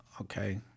okay